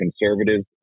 conservatives